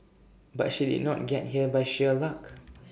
but she did not get here by sheer luck